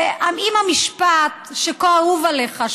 ואם המשפט שכה אהוב עליך,